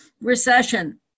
recession